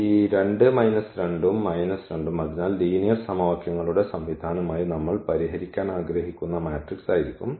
ഈ 2 മൈനസ് 2 ഉം മൈനസ് 2 ഉം അതിനാൽ ലീനിയർ സമവാക്യങ്ങളുടെ സംവിധാനമായി നമ്മൾ പരിഹരിക്കാൻ ആഗ്രഹിക്കുന്ന മാട്രിക്സ് ആയിരിക്കും